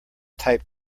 type